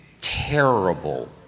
terrible